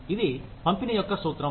ఇది పంపిణీ యొక్క సూత్రం